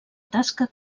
tasca